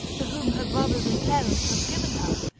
to whom her brothers and parents have given her,